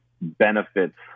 benefits